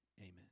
amen